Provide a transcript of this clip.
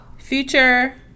Future